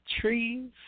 trees